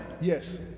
Yes